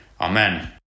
Amen